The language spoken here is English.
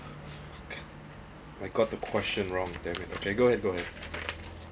okay I got a question wrong damn it okay go ahead go ahead